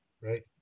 right